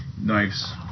knives